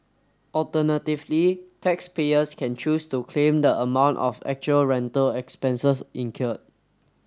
alternatively taxpayers can choose to claim the amount of actual rental expenses incurred